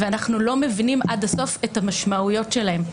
ואנחנו לא מבינים עד הסוף את המשמעויות שלהן.